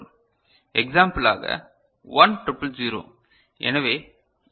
எக்சாம்பிலாக 1 triple 0